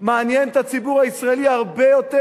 מעניין את הציבור הישראלי הרבה יותר.